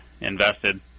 Invested